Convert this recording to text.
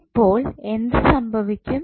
ഇപ്പോൾ എന്ത് സംഭവിക്കും